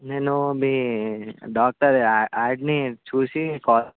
నేను మీ డాక్టర్ యా యాడ్ని చూసి కాల్